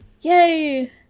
Yay